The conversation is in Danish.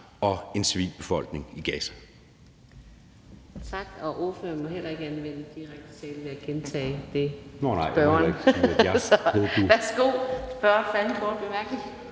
og en civilbefolkning i Gaza.